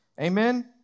Amen